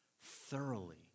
thoroughly